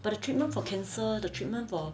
but the treatment for cancer the treatment for